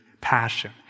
Passion